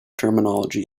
terminology